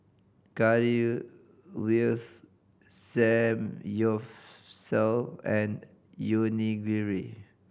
Currywurst Samgyeopsal and Onigiri